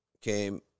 came